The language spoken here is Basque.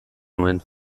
nuen